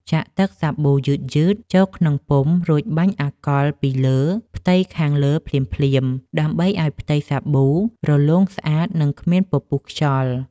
ចាក់ទឹកសាប៊ូយឺតៗចូលក្នុងពុម្ព រួចបាញ់អាកុលពីលើផ្ទៃខាងលើភ្លាមៗដើម្បីឱ្យផ្ទៃសាប៊ូរលោងស្អាត និងគ្មានពពុះខ្យល់។